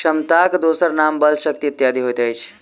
क्षमताक दोसर नाम बल, शक्ति इत्यादि होइत अछि